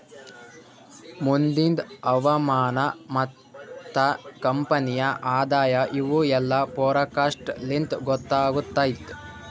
ಮುಂದಿಂದ್ ಹವಾಮಾನ ಮತ್ತ ಕಂಪನಿಯ ಆದಾಯ ಇವು ಎಲ್ಲಾ ಫೋರಕಾಸ್ಟ್ ಲಿಂತ್ ಗೊತ್ತಾಗತ್ತುದ್